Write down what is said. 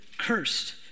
Cursed